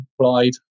applied